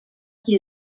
qui